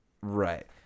Right